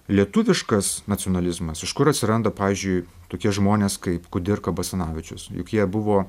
lietuviškas nacionalizmas iš kur atsiranda pavyzdžiui tokie žmonės kaip kudirka basanavičius juk jie buvo